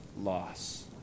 loss